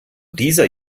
dieser